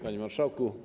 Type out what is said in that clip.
Panie Marszałku!